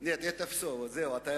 אז איך אני אדבר רוסית ולמי?)